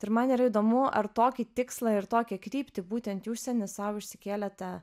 ir man yra įdomu ar tokį tikslą ir tokią kryptį būtent į užsienį sau išsikėlėte